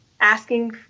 asking